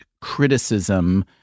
criticism